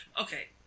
Okay